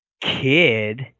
kid